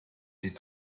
die